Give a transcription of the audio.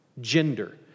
gender